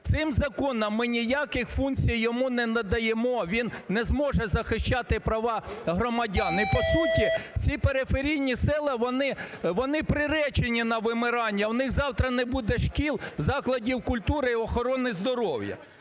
Цим законом ми ніяких функцій йому не надаємо, він не зможе захищати права громадян. І, по суті, ці периферійні села, вони приречені на вимирання, в них завтра не буде шкіл, закладів культури і охорони здоров'я.